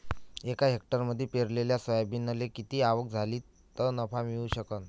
एका हेक्टरमंदी पेरलेल्या सोयाबीनले किती आवक झाली तं नफा मिळू शकन?